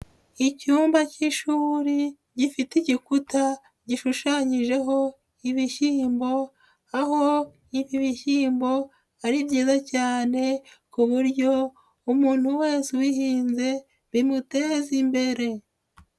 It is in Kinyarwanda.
Icyumba k'ishuri gifite igikuta gishushanyijeho ibishyiyimbo, aho ibi bishyimbo ari byiza cyane, ku buryo umuntu wese ubihinze bimuteza imbere.